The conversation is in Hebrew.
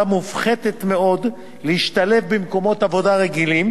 מופחתת מאוד להשתלב במקומות עבודה רגילים,